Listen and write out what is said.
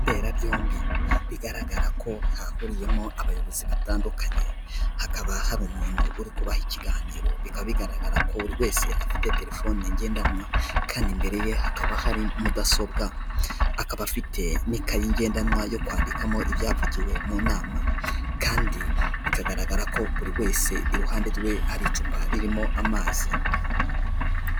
Inzu mberabyombi bigaragara ko hahuriyemo abayobozi batandukanye hakaba hari umuntu uri kuba ikiganiro bikaba bigaragara ko buri wese afite telefone ngendanwa kandi imbere ye hakaba hari mudasobwa akaba afite n'ikayi igendanwa yo kwandikamo ibyavugiwe mu nama kandi bikagaragara ko buri wese iruhande rwe hari icupa ririmo amazi.